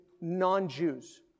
non-Jews